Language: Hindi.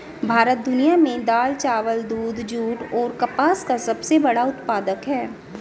भारत दुनिया में दाल, चावल, दूध, जूट और कपास का सबसे बड़ा उत्पादक है